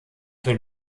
für